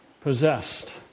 possessed